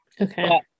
Okay